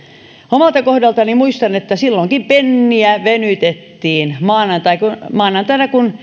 omalta kohdaltani muistan että silloinkin penniä venytettiin maanantaina kun